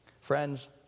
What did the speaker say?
Friends